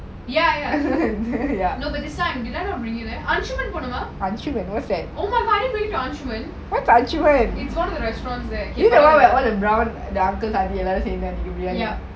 ya ya the beside I think I bring you there archmen oh my god I didn't bring you to archmen a lot of restaurants there ya